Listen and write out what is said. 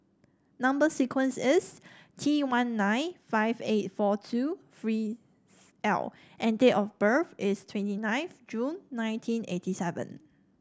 number sequence is T one nine five eight four two three L and date of birth is twenty ninth June nineteen eighty seven